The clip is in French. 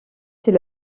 c’est